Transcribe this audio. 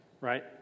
right